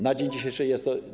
Na dzień dzisiejszy jest to.